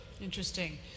Interesting